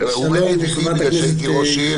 הוא אומר ידידי כראש עיר,